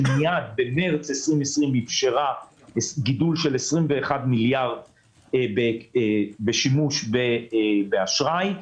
שמיד במרץ 2020 אפשרה גידול של 21 מיליארד בשימוש באשראי,